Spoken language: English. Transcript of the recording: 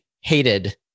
hated